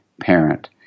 parent